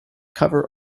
cover